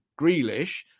Grealish